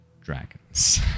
dragons